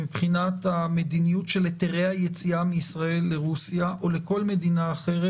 מבחינת המדיניות של היתרי היציאה מישראל לרוסיה או לכל מדינה אחרת,